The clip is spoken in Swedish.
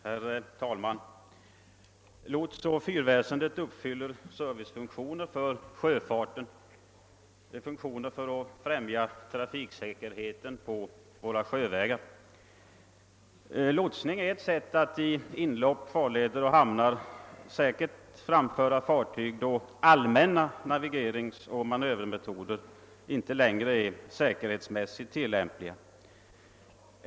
Herr talman! Lotsoch fyrväsendet uppfyller servicefunktioner för sjöfarten för att främja trafiksäkerheten på våra sjövägar. Lotsning är ett sätt att i inlopp, farleder och hamnar säkert kunna framföra fartyg då allmänna navigeringsoch manövermetoder inte längre är säkerhetsmässigt tillämpliga.